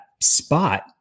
spot